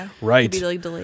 right